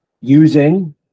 Using